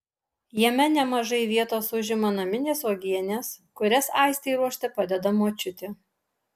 jame nemažai vietos užima naminės uogienės kurias aistei ruošti padeda močiutė